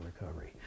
recovery